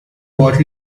bottle